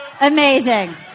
Amazing